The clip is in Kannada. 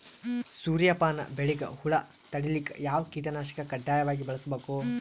ಸೂರ್ಯಪಾನ ಬೆಳಿಗ ಹುಳ ತಡಿಲಿಕ ಯಾವ ಕೀಟನಾಶಕ ಕಡ್ಡಾಯವಾಗಿ ಬಳಸಬೇಕು?